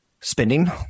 spending